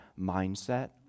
mindset